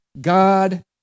God